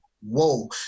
whoa